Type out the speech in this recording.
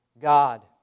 God